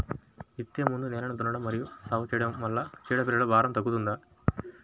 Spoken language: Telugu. విత్తే ముందు నేలను దున్నడం మరియు సాగు చేయడం వల్ల చీడపీడల భారం తగ్గుతుందా?